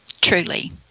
truly